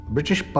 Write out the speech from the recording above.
British